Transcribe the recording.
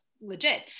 legit